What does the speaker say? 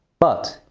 but,